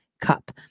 cup